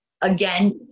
again